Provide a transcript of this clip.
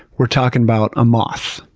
we're talking about a moth.